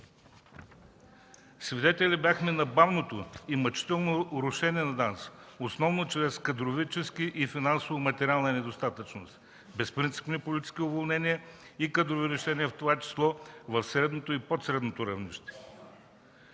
Свидетели бяхме на бавното и мъчително рушене на ДАНС основно чрез кадрова и финансово-материална недостатъчност, безпринципни политически уволнения, и кадрови решения в това число, в средното и под средното равнище.